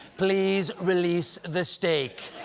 please release the steak.